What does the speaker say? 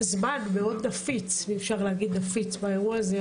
זמן מאוד נפיץ, אם אפשר לומר "נפיץ" באירוע הזה.